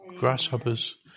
grasshoppers